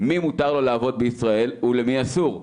למי מותר לעבוד בישראל ולמי אסור.